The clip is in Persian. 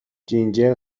جینجر